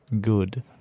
good